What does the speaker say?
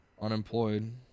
unemployed